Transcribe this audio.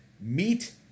Meet